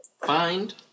find